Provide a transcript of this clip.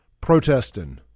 protesting